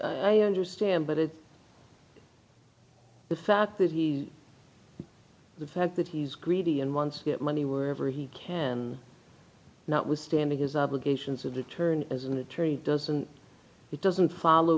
i understand but it's the fact that he the fact that he's greedy and once money wherever he can notwithstanding his obligations to deter and as an attorney doesn't it doesn't follow